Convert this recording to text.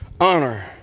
honor